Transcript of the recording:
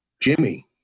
Jimmy